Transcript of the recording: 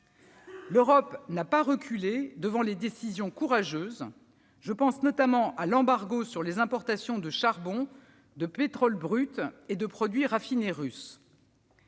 L'Europe n'a pas reculé devant les décisions courageuses. Je pense notamment à l'embargo sur les importations de charbon, de pétrole brut et de produits raffinés russes.